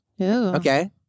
Okay